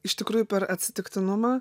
iš tikrųjų per atsitiktinumą